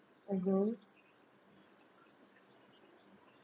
mmhmm